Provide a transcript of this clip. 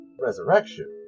Resurrection